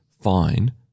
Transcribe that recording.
fine